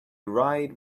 right